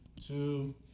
two